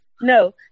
No